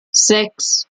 sechs